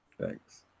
Thanks